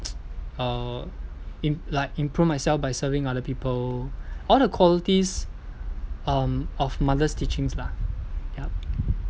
uh im~ like improve myself by serving other people all the qualities um of mother's teachings lah yup